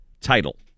title